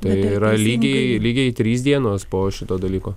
tai yra lygiai lygiai trys dienos po šito dalyko